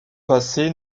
passé